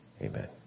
Amen